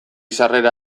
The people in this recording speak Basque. sarrera